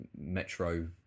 Metro